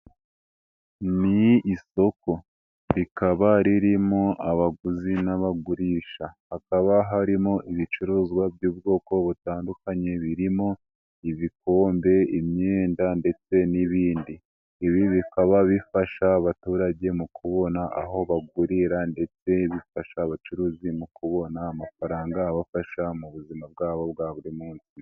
Ni isoko rikaba ririmo abaguzi n'abagurisha, hakaba harimo ibicuruzwa by'ubwoko butandukanye birimo ibikombe, imyenda ndetse n'ibindi. Ibi bikaba bifasha abaturage mu kubona aho bagurira ndetse bifasha abacuruzi mu kubona amafaranga abafasha mu buzima bwabo bwa buri munsi.